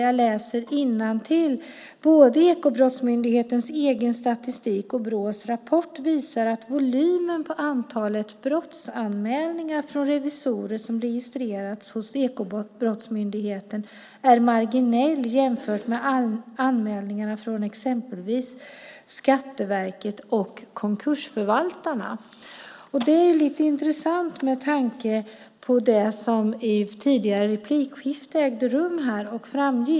Jag läser innantill: "Både Ekobrottsmyndighetens egen statistik och BRÅ:s rapport visar att volymen på antalet brottsanmälningar från revisorer som registreras hos Ekobrottsmyndigheten är marginell jämfört med anmälningar från exempelvis Skatteverket och konkursförvaltarna." Det är lite intressant, med tanke på det som framgick i det tidigare replikskiftet.